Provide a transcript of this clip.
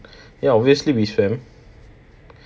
ya obviously we swam